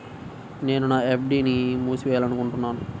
నేను నా ఎఫ్.డీ ని మూసివేయాలనుకుంటున్నాను